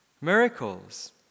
Miracles